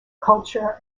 culture